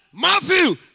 Matthew